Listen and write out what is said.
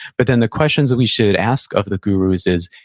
but then, the questions that we should ask of the gurus is,